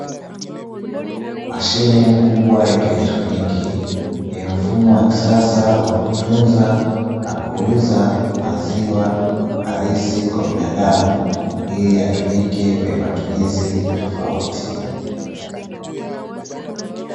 Mashine kubwa ya kielektroniki yenye mfumo wa kisasa wa kutunza na kuuza maziwa halisi kwa binadamu ili yatumike kwenye matumizi tofauti.